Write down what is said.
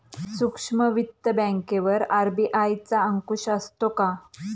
सूक्ष्म वित्त बँकेवर आर.बी.आय चा अंकुश असतो का?